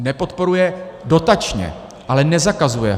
Nepodporuje dotačně, ale nezakazuje ho.